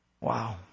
Wow